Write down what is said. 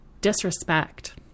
disrespect